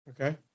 Okay